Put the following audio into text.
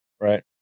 right